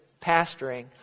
pastoring